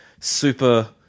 super